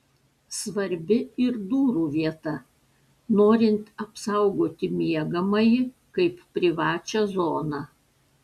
svarbi ir durų vieta norint apsaugoti miegamąjį kaip privačią zoną